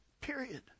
period